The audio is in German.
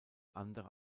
andere